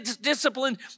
disciplined